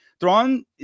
Thrawn